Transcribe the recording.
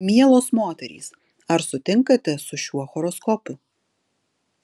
mielos moterys ar sutinkate su šiuo horoskopu